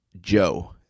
Joe